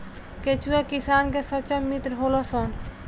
केचुआ किसान के सच्चा मित्र होलऽ सन